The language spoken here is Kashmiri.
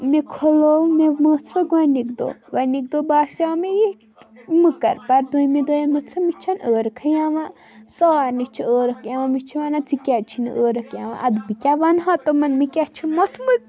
مےٚ کھُلٲو مےٚ مٔژھ سۄ گۄڈنِکۍ دۄہ گۄڈنِکۍ دۄہ باسیو مےٚ یہِ مٔکٕر پَتہٕ دۄیمہِ دۄہہِ مٔژھٕم مےٚ چھِنہٕ عٲرقٕے یِوان سارنی چھِ عٲرق یِوان مےٚ چھِ وَنان ژےٚ کیٛازِ چھی نہٕ عٲرق یِوان اَدٕ بہٕ کیٛاہ وَنہٕ ہا تِمَن مےٚ کیٛاہ چھِ موٚتھمُت